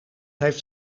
heeft